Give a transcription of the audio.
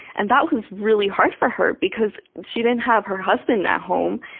and that was really hard for her because she didn't have her husband at home,